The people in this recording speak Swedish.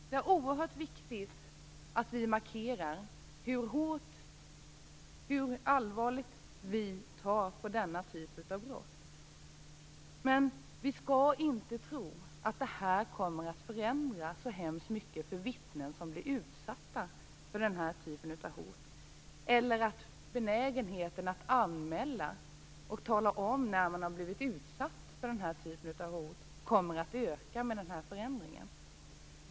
Det är alltså oerhört viktigt att vi markerar hur allvarligt vi tar denna typ av brott. Men vi skall inte tro att detta kommer att förändra så hemskt mycket för vittnen som blir utsatta för den här typen av hot. Inte heller skall vi tro att benägenheten att anmäla och tala om när man blivit utsatt för hot kommer att öka med den här förändringen.